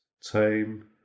tame